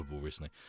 recently